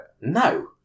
No